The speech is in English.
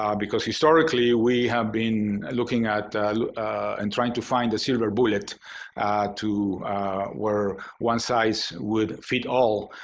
um because historically, we have been looking at and trying to find the silver bullet to where one size would fit all.